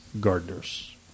gardeners